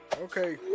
okay